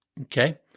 Okay